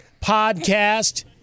podcast